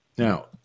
Now